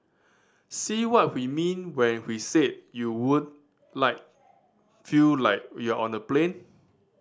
see what we mean when we said you won't like feel like you're on the plane